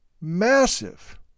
massive